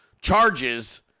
charges